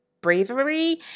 bravery